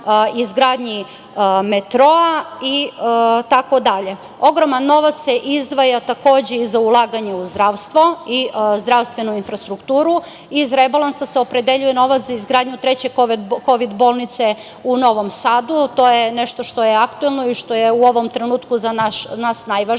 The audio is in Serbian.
izgradnji metroa itd. Ogroman novac se izdvaja takođe za ulaganje u zdravstvo i zdravstvenu infrastrukturu. Iz rebalansa se opredeljuje novac za izgradnju treće kovid bolnice u Novom Sadu. To je nešto što je aktuelno i što je u ovom trenutku za nas najvažnije.